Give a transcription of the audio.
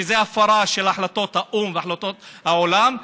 שזה הפרה של החלטות האו"ם והחלטות העולם,